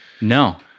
No